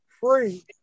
free